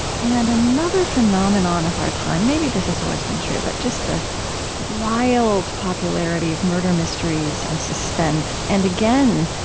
and another phenomenon of our time. maybe this has always been true, but just the wild popularity of murder mysteries and suspense. and again,